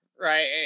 right